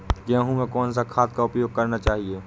गेहूँ में कौन सा खाद का उपयोग करना चाहिए?